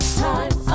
time